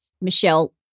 Michelle